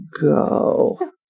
go